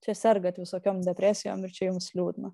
čia sergate visokioms depresijom ir čia jums liūdna